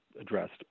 addressed